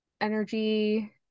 energy